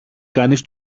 κανείς